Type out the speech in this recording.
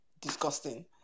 disgusting